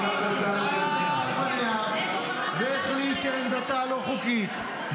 הזה -------- והחליט שעמדתה לא חוקית.